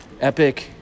epic